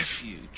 refuge